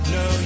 no